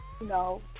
No